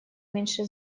меньше